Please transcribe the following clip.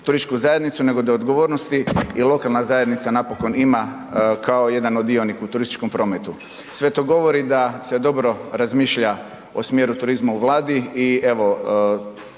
turističku zajednicu nego da je odgovornosti i lokalna zajednica napokon ima kao jedan od dionika u turističkom prometu. Sve to govori da se dobro razmišlja o smjeru turizma u Vladi i ocjene